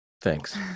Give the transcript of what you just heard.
Thanks